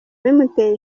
bimuteye